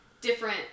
different